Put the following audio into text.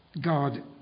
God